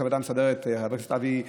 הוועדה המסדרת חבר הכנסת אבי ניסנקורן,